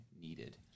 needed